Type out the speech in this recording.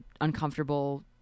uncomfortable